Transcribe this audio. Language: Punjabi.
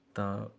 ਤਾਂ